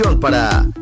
para